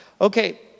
okay